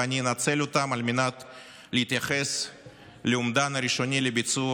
ואנצל אותן להתייחס לאומדן הראשוני לביצוע